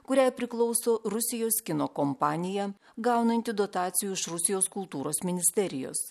kuriai priklauso rusijos kino kompanija gaunanti dotacijų iš rusijos kultūros ministerijos